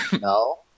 No